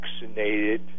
vaccinated